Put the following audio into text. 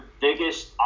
biggest